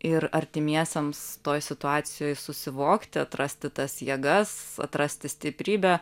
ir artimiesiems toj situacijoj susivokti atrasti tas jėgas atrasti stiprybę